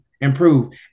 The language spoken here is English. improve